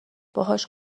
باهاش